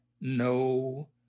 No